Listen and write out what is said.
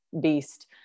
beast